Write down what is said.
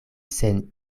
sen